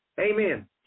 Amen